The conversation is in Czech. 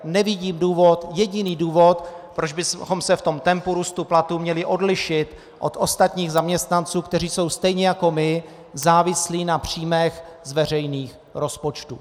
Nevidím jediný důvod, proč bychom se v tempu růstu platů měli odlišit od ostatních zaměstnanců, kteří jsou stejně jako my závislí na příjmech z veřejných rozpočtů.